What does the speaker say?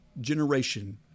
generation